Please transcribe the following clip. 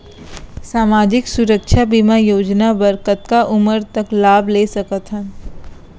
सामाजिक सुरक्षा बीमा योजना बर कतका उमर तक लाभ ले सकथन?